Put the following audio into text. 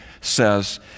says